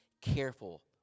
careful